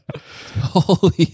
Holy